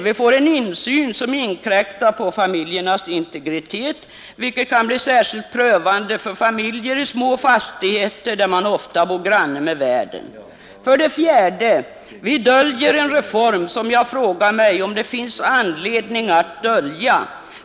Vi får en insyn som inkräktar på familjernas integritet, vilket kan bli särskilt prövande för familjer i små fastigheter där man ofta bor granne med värden. 4. Vi ”döljer” en reform som jag frågar mig om det finns anledning att dölja.